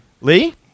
Lee